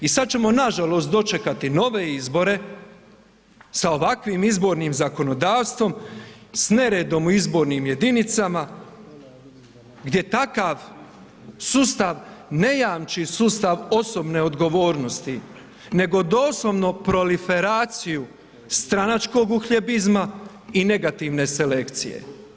I sada ćemo nažalost dočekati nove izbore sa ovakvim izbornim zakonodavstvom, s neredom u izbornim jedinicama gdje takav sustav ne jamči sustav osobne odgovornosti, nego doslovno proliferaciju stranačkog uhljebizma i negativne selekcije.